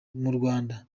rwanda